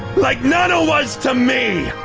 like nana was to me.